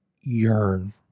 yearn